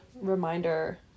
reminder